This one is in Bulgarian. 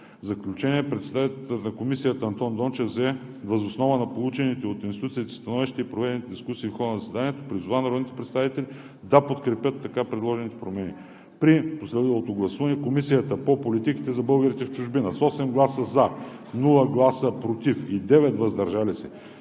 заключение председателят на Комисията Андон Дончев въз основа на получените от институциите становища и проведената дискусия в хода на заседанието призова народните представители да подкрепят така предложените промени. При последвалото гласуване Комисията по политиките за българите в чужбина с 8 гласа „за“, без „против“ и 9 гласа „въздържал се“